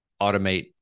automate